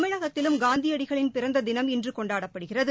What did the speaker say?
தமிழகத்திலும் காந்தியடிகளின் பிறந்ததினம் இன்று கொண்டாடப்படுகிறது